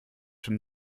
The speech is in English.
form